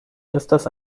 estas